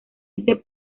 ese